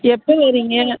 எப்போ வர்றீங்க